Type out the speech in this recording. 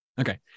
Okay